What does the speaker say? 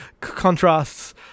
contrasts